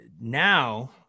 Now